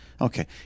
Okay